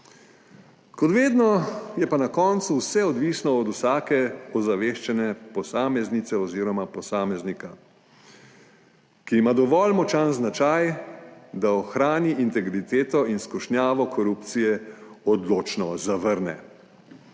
Kot vedno, je pa na koncu vse odvisno od vsake ozaveščene posameznice oziroma posameznika, ki ima dovolj močan značaj, da ohrani integriteto in skušnjavo korupcije, odločno zavrne.